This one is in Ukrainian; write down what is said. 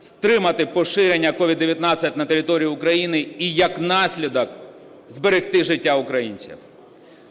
стримати поширення COVID-19 на території України і, як наслідок – зберегти життя українців.